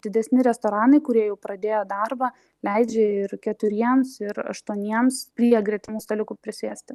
didesni restoranai kurie jau pradėjo darbą leidžia ir keturiems ir aštuoniems prie gretimų staliukų prisėsti